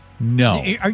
No